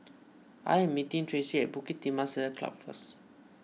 I am meeting Traci at Bukit Timah Saddle Club first